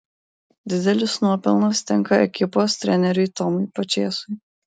didelis nuopelnas tenka ekipos treneriui tomui pačėsui